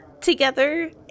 together